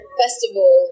festival